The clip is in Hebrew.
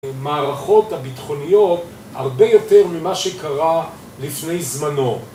מערכות הביטחוניות הרבה יותר ממה שקרה לפני זמנו